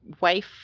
wife